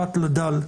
פת לדל."